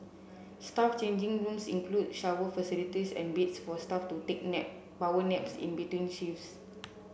staff changing rooms include shower facilities and beds for staff to take nap power naps in between shifts